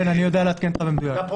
אני יודע לעדכן אותך במדויק.